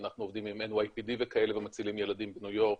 אנחנו עובדים עם NYPD וכאלה ומצילים ילדים בניו יורק,